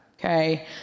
Okay